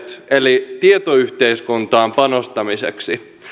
eli tietoyhteiskuntaan panostamiseksi